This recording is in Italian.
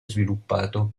sviluppato